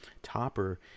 topper